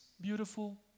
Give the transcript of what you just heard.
beautiful